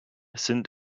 sind